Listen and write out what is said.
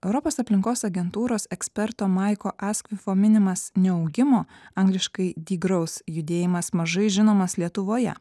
europos aplinkos agentūros eksperto maiko askvifo minimas neaugimo angliškai degrowth judėjimas mažai žinomas lietuvoje